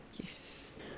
Yes